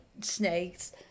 snakes